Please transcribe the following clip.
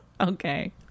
Okay